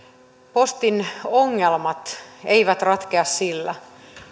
postin ongelmat eivät ratkea sillä